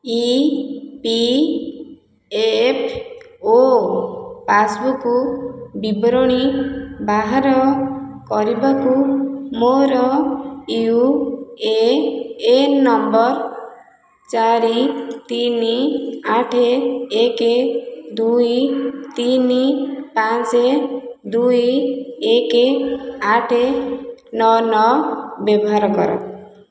ଇ P F O passbook ବିବରଣୀ ବାହାର କରିବାକୁ ମୋର ୟୁ ଏ ଏନ୍ ନମ୍ବର ଚାରି ତିନି ଆଠ ଏକ ଦୁଇ ତିନି ପାଞ୍ଚ ଦୁଇ ଏକ ଆଠ ନଅ ନଅ ବ୍ୟବହାର କର